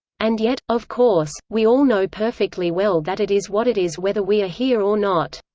and yet, of course, we all know perfectly well that it is what it is whether we are here or not.